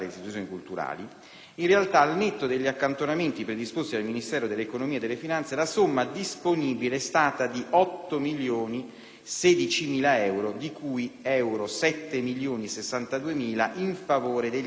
in realtà, al netto degli accantonamenti predisposti dal Ministero dell'economia e delle finanze, la somma disponibile è stata di 8.016.000 euro, di cui 7.062.000 euro in favore degli enti inseriti